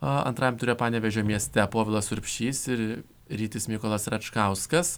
antram ture panevėžio mieste povilas urbšys ir rytis mykolas račkauskas